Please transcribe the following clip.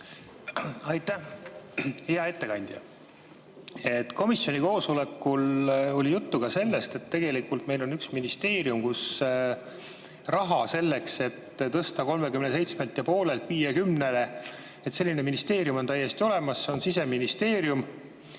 Aitäh! Hea ettekandja! Komisjoni koosolekul oli juttu ka sellest, et tegelikult meil on üks ministeerium, kus on raha selleks, et tõsta 37,5%‑lt 50%‑le. Selline ministeerium on täiesti olemas – see on Siseministeerium,